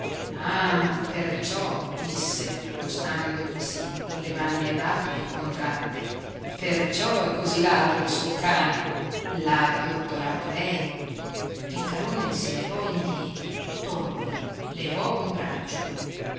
ah perciò disse accostandoglisi con le mani levate e contratte perciò è così ladro il suo cane l'ha addottorato lei piccarone si levò in piedi torbido levò un braccio